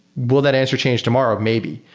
will that answer change tomorrow? maybe.